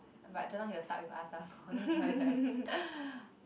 but I don't know he will start with us lah got no choice right